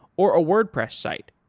or a wordpress site,